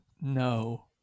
No